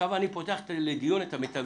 האם אני עכשיו פותח לדיון את המיטבי?